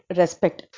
respect